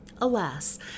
Alas